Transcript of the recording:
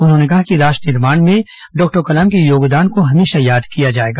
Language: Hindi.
उन्होंने कहा कि राष्ट्र निर्माण में डॉक्टर कलाम के योगदान को हमेशा याद किया जाएगा